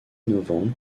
innovantes